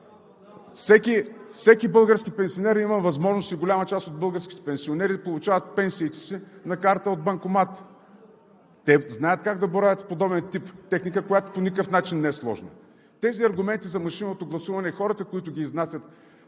Всеки български пенсионер има възможност и голяма част от българските пенсионери получават пенсиите си на карта от банкомат. Те знаят как да боравят с подобен тип техника, която по никакъв начин не е сложна. Тези аргументи за машинното гласуване, хората, които ги изнасят